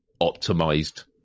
optimized